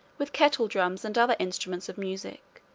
with kettle-drums and other instruments of music,